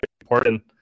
important